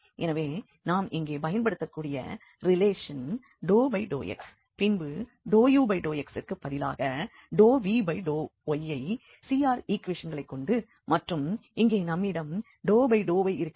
எனவே நாம் இங்கே பயன்படுத்தக்கூடிய ரிலேஷன் ∂x பின்பு ∂u∂x ற்கு பதிலாக ∂v∂y ஐ CR ஈக்குவேஷன்களைக் கொண்டு மற்றும் இங்கே நம்மிடம் ∂y இருக்கிறது